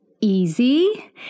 easy